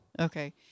Okay